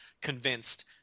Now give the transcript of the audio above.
convinced